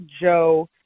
Joe